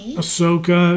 Ahsoka